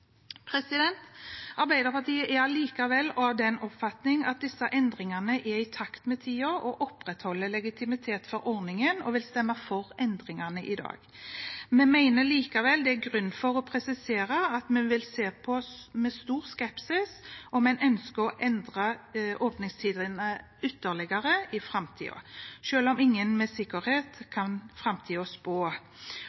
Arbeiderpartiet er likevel av den oppfatning at disse endringene er i takt med tiden og opprettholder legitimiteten til ordningen – og vil stemme for endringene i dag. Vi mener likevel det er grunn til å presisere at vi vil se med stor skepsis på om en ønsker å endre åpningstidene ytterligere i framtiden, selv om ingen med sikkerhet